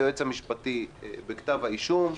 תפקיד היועצים המשפטיים הוא להגן על נבחרי הציבור.